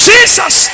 Jesus